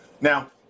Now